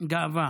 גאווה.